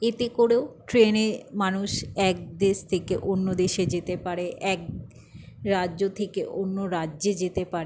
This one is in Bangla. এতে করেও ট্রেনে মানুষ এক দেশ থেকে অন্য দেশে যেতে পারে এক রাজ্য থেকে অন্য রাজ্যে যেতে পারে